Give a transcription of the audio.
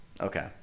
Okay